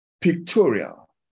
pictorial